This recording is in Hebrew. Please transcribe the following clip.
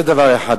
זה דבר אחד.